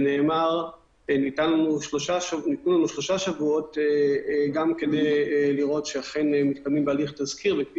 ניתנו לנו שלושה שבועות גם כדי לראות שמתקיימים בהליך --- כפי